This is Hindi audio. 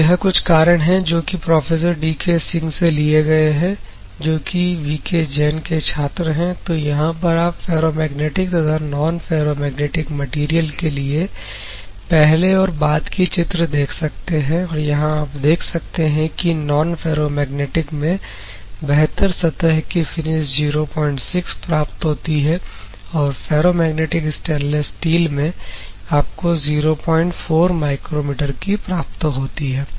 तो यह कुछ कारण है जो कि प्रोफेसर डी के सिंह से लिए गए हैं जो कि वी के जैन के छात्र हैं तो यहां पर आप फेरोमैग्नेटिक तथा नॉन फेरोमैग्नेटिक मैटेरियल के लिए पहले और बाद की चित्र देख सकते हैं और यहां पर आप देख सकते हैं कि नॉन फेरोमैग्नेटिक में बेहतर सतह कि फिनिश 06 प्राप्त होती है और फेरोमैग्नेटिक स्टेनलेस स्टील में आपको 04 माइक्रोमीटर की प्राप्त होती है